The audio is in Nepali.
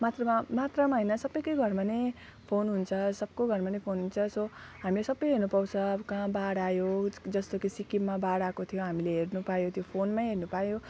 मात्रामा मात्रामा हैन सबैकै घरमा नै फोन हुन्छ सबको घरमा नै फोन हुन्छ सो हामी सबै हेर्नुपाउँछ अब कहाँ बाढ आयो जस्तो कि सिक्किममा बाढ आएको थियो हामीले हेर्नु पायो त्यो फोनमै हेर्नु पायो